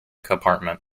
compartment